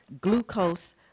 glucose